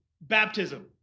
baptism